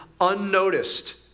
unnoticed